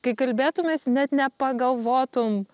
kai kalbėtumėsi net nepagalvotum